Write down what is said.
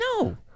No